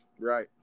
right